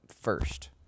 first